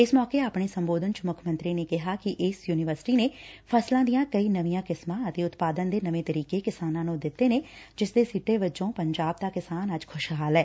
ਇਹ ਮੌਕੇ ਆਪਣੇ ਸੰਬੋਧਨ ਚ ਮੁੱਖ ਮੰਤਰੀ ਨੇ ਕਿਹਾ ਕਿ ਇਸ ਯੁਨੀਵਰਸਿਟੀ ਨੇ ਫਸਲਾਂ ਦੀਆਂ ਕਈ ਨਵੀਆਂ ਕਿਸਮਾਂ ਅਤੇ ਉਤਪਾਦਨ ਦੇ ਨਵੇਂ ਤਰੀਕੇ ਕਿਸਾਨਾਂ ਨੂੰ ਦਿੱਤੇ ਨੇ ਜਿਸ ਦੇ ਸਿੱਟੇ ਵਜੋਂ ਪੰਜਾਬ ਦਾ ਕਿਸਾਨ ਅੱਜ ਖੁਸ਼ਹਾਲ ਐ